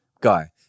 guy